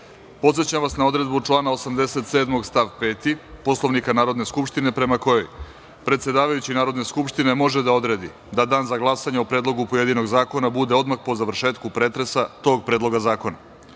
podsećam vas na odredbu člana 87. stav 5. Poslovnika Narodne skupštine, prema kojoj predsedavajući Narodne skupštine može da odredi da Dan za glasanje o predlogu pojedinog zakona bude odmah po završetku pretresa tog predloga zakona.U